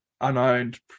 unowned